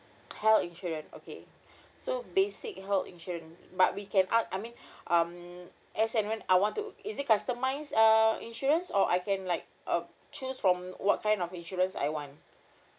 health insurance okay so basic health insurance but we can opt I mean um as I want I want is it customized uh insurance or I can like uh choose from what kind of insurance I want